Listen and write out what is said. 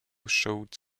showed